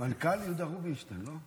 מנכ"ל יהודה רובינשטיין, לא?